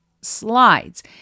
Slides